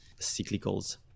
cyclicals